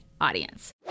audience